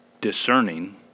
discerning